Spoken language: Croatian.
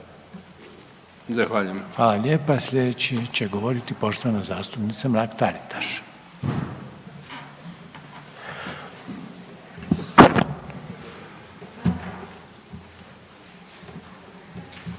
(HDZ)** Hvala lijepa. Sljedeći će govoriti poštovana zastupnica Mrak Taritaš.